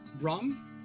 rum